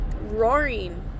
roaring